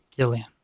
Gillian